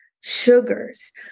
sugars